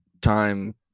time